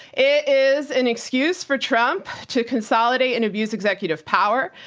it is an excuse for trump to consolidate and abuse executive power.